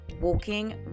Walking